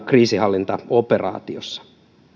kriisinhallintaoperaatiossa